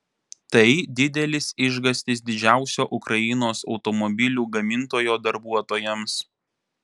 tai didelis išgąstis didžiausio ukrainos automobilių gamintojo darbuotojams